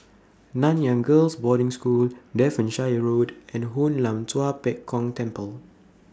Nanyang Girls' Boarding School Devonshire Road and Hoon Lam Tua Pek Kong Temple